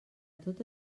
tot